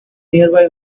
nearby